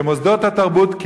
שמוסדות התרבות,